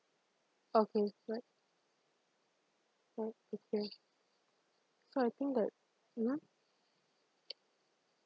okay good so I think got mmhmm